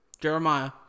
Jeremiah